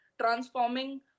transforming